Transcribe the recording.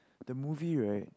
the movie right